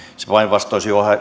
se päinvastoin